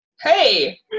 Hey